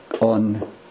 on